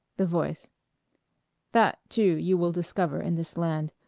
the voice that, too, you will discover in this land.